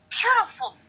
beautiful